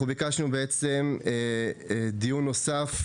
אנחנו ביקשנו דיון נוסף,